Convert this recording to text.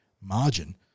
margin